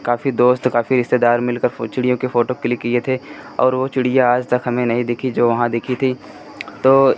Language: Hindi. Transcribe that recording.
काफी दोस्त काफी रिश्तेदार मिलकर फ़ो चिड़ियों की फ़ोटो क्लिक किए थे और वो चिड़िया आज तक हमें नहीं दिखी जो वहाँ दिखी थी तो